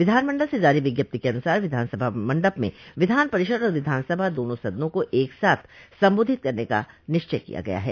विधानमंडल से जारी विज्ञप्ति के अनुसार विधानसभा मंडप में विधान परिषद और विधानसभा दोनों सदनों को एक साथ संबोधित करने का निश्चय किया गया है